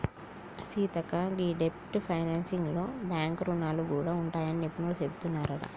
సీతక్క గీ డెబ్ట్ ఫైనాన్సింగ్ లో బాంక్ రుణాలు గూడా ఉంటాయని నిపుణులు సెబుతున్నారంట